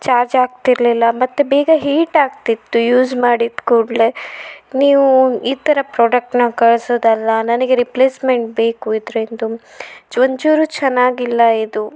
ಚಾರ್ಜಾಗ್ತಿರಲಿಲ್ಲ ಮತ್ತು ಬೇಗ ಹೀಟ್ ಆಗ್ತಿತ್ತು ಯೂಸ್ ಮಾಡಿದ ಕೂಡಲೇ ನೀವು ಈ ಥರ ಪ್ರೊಡಕ್ಟನ್ನ ಕಳ್ಸೋದಲ್ಲ ನನಗೆ ರಿಪ್ಲೇಸ್ಮೆಂಟ್ ಬೇಕು ಇದ್ರಿಂದ ಒಂದು ಚೂರು ಚೆನ್ನಾಗಿಲ್ಲ ಇದು